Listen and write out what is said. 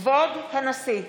כבוד הנשיא!